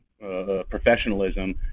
professionalism